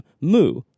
Moo